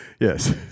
Yes